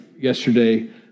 yesterday